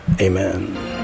Amen